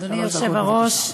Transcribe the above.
אדוני היושב-ראש,